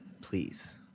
Please